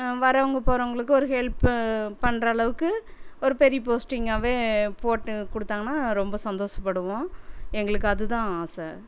வரவங்கள் போகிறவங்களுக்கு ஒரு ஹெல்ப்பு பண்ணுற அளவுக்கு ஒரு பெரிய போஸ்டிங்காகவே போட்டு கொடுத்தாங்கனா ரொம்ப சந்தோசப்படுவோம் எங்களுக்கு அதுதான் ஆசை